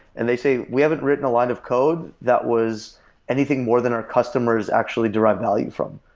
and they say, we haven't written a lot of code that was anything more than our customers actually derive value from.